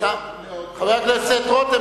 חבר הכנסת רותם,